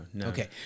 Okay